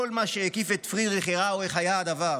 כל מה שהקיף את פרידריך הראהו איך היה הדבר.